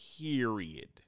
Period